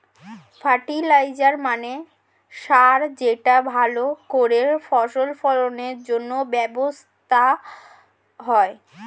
fertiliser মানে সার যেটা ভালো করে ফসল ফলনের জন্য ব্যবহার হয়